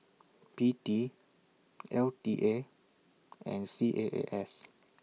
P T L T A and C A A S